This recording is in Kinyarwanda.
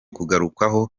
kugarukwaho